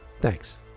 thanks